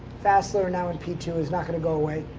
fassler now in p two is not gonna go away.